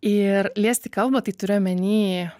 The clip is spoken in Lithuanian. ir liesti kalba tai turiu omeny